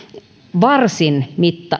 varsin